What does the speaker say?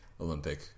olympic